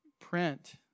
print